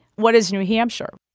what is new hampshire?